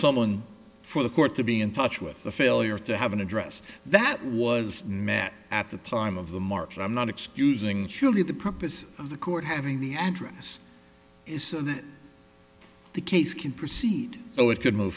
someone for the court to be in touch with the failure to have an address that was met at the time of the march and i'm not excusing surely the purpose of the court having the address is so that the case can proceed so it could move